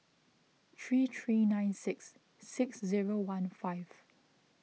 three three nine six six zero one five